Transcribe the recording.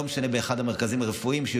באחד מהמרכזים הרפואיים, לא משנה איזה.